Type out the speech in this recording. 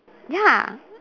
ya